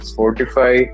Spotify